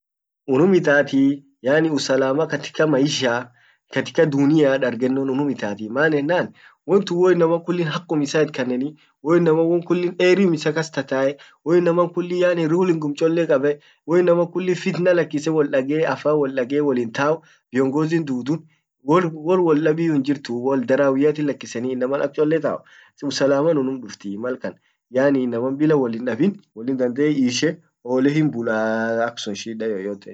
unnum itatii yaani usalama katika maisha katika dunia dargennon unnum itati maan ennan wontun woinama kullin hakkum issa iy kanneni woinaman won kulli erium issa kas tatae woinam kullin yaani rullingum cchole kabe woinaman kullin futna lakisse woldage wollin tau viongozi tutun dub wor wor wardabbiyu hinjirtu woldarawiati lakiseni inaman ak cchole tau usalaman unnum duftii mal kan yaani inaman bila willin hindabin dandee ishe olle hinbulaa aksun shida yoyoten